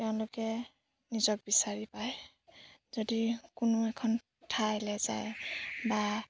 তেওঁলোকে নিজক বিচাৰি পায় যদি কোনো এখন ঠাইলৈ যায় বা